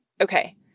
Okay